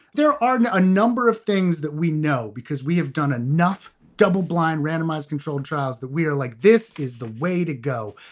there are a number of things that we know because we have done enough double-blind randomized controlled trials that we're like, this is the way to go.